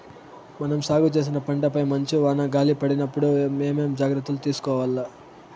మనం సాగు చేసిన పంటపై మంచు, వాన, గాలి పడినప్పుడు ఏమేం జాగ్రత్తలు తీసుకోవల్ల?